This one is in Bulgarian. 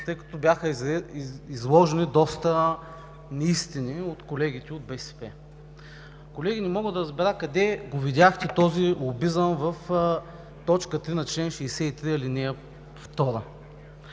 тъй като бяха изложени доста неистини от колегите от БСП. Колеги, не мога да разбера къде го видяхте този лобизъм в т. 3 на чл. 63, ал. 2?